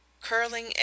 Curling